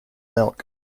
milk